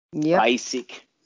basic